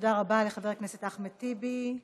תודה לחבר הכנסת טיבי.